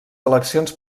eleccions